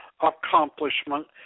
accomplishment